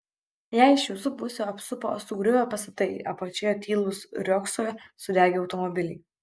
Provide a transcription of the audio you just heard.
ją iš visų pusių apsupo sugriuvę pastatai apačioje tylūs riogsojo sudegę automobiliai